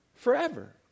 Forever